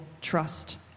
trust